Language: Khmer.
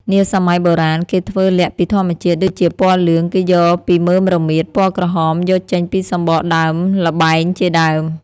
នាសម័យបុរាណ គេធ្វើល័ខពីធម្មជាតិ ដូចជាពណ៌លឿង គេយកពីមើមរមៀត ពណ៌ក្រហមយកចេញពីសំបកដើមល្បែងជាដើម ។